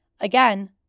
Again